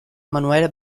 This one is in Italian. emanuele